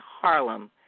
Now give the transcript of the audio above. Harlem